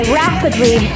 rapidly